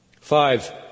Five